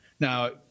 Now